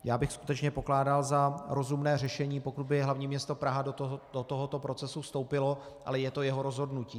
Já bych skutečně pokládal za rozumné řešení, pokud by hlavní město Praha do tohoto procesu vstoupilo, ale je to jeho rozhodnutí.